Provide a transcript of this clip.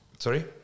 Sorry